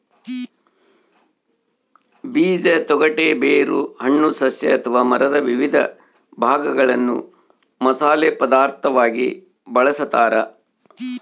ಬೀಜ ತೊಗಟೆ ಬೇರು ಹಣ್ಣು ಸಸ್ಯ ಅಥವಾ ಮರದ ವಿವಿಧ ಭಾಗಗಳನ್ನು ಮಸಾಲೆ ಪದಾರ್ಥವಾಗಿ ಬಳಸತಾರ